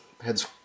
heads